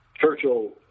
Churchill